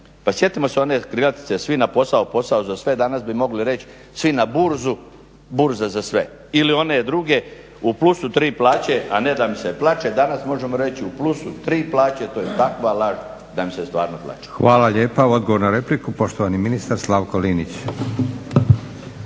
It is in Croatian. Pa sjetimo se one krilatice: "Svi na posao, posao za sve!", danas bi mogli reć: "Svi na burzu, burza za sve!", ili one druge: "U plusu tri plaće a ne da mi se plaće!", danas možemo reći: !"U plusu tri plaće, to je takva laž da mi se stvarno plaće." **Leko, Josip (SDP)** Hvala lijepa. Odgovor na repliku, poštovani ministar Slavko Linić.